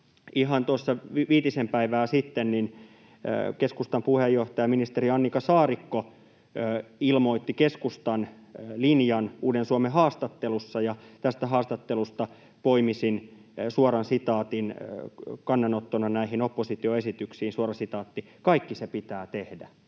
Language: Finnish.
ihan tuossa viitisen päivää sitten keskustan puheenjohtaja, ministeri Annika Saarikko ilmoitti keskustan linjan Uuden Suomen haastattelussa, ja tästä haastattelusta poimisin suoran sitaatin kannanottona näihin oppositioesityksiin: ”Kaikki se pitää tehdä.”